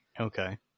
Okay